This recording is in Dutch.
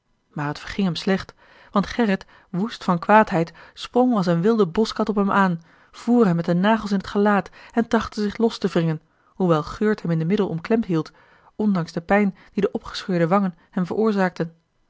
maar het verging hem slecht want gerrit woest van kwaadheid sprong als een wilde boschkat op hem aan voer hem met de nagels in t gelaat en trachtte zich los te wringen hoewel guurt hem in de middel omklemd hield ondanks de pijn die de opgescheurde wangen hem veroorzaakten